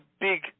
big